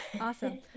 Awesome